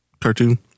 cartoon